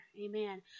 Amen